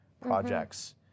projects